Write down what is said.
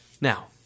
Now